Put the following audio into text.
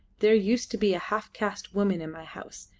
there used to be a half-caste woman in my house,